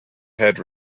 head